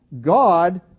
God